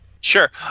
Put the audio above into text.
Sure